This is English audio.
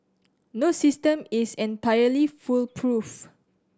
no system is entirely foolproof